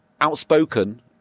Outspoken